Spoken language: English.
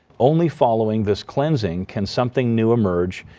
only following this cleansing can something new emerge,